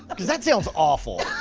because that sounds awful.